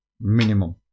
minimum